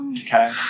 Okay